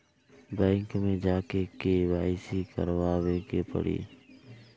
Bank मे जा के के.वाइ.सी करबाबे के पड़ी?